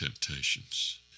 temptations